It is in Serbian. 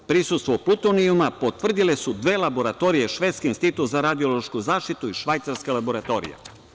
Prisustvo plutonijuma potvrdile su dve laboratorije, švedski Institut za radiološku zaštitu i švajcarska laboratorija.